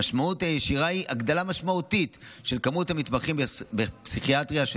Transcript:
המשמעות הישירה היא הגדלה משמעותית של כמות המתמחים בפסיכיאטריה של